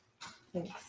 Thanks